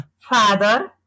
father